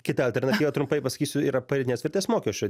kita alternatyva trumpai pasakysiu yra pridėtinės vertės mokesčio